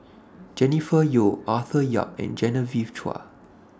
Jennifer Yeo Arthur Yap and Genevieve Chua